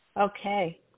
Okay